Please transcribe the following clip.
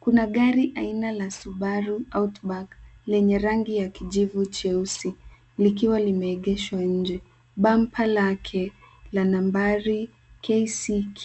Kuna gari aina la Subaru outback lenye rangi ya kijivu cheusi likiwa limeegeshwa nje. Bampa lake la nambari KCQ